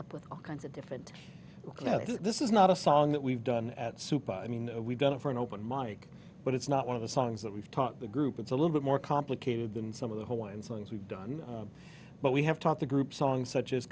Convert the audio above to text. up with all kinds of different this is not a song that we've done at super i mean we've done it for an open mike but it's not one of the songs that we've taught the group it's a little bit more complicated than some of the hawaiian songs we've done but we have taught the group songs such as